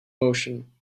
motion